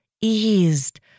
eased